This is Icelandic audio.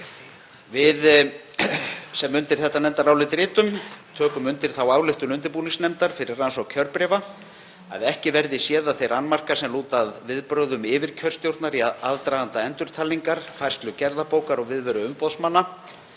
Við sem undir þetta nefndarálit ritum tökum undir þá ályktun undirbúningsnefndar fyrir rannsókn kjörbréfa að ekki verði séð að þeir annmarkar sem lúta að viðbrögðum yfirkjörstjórnar í aðdraganda endurtalningar, færslu gerðabókar og viðveru umboðsmanna,